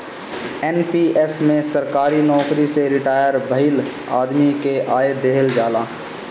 NPS में सरकारी नोकरी से रिटायर भईल आदमी के आय देहल जाला